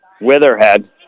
Witherhead